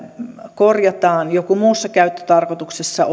korjataan jokin muussa käyttötarkoituksessa